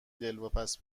دلواپس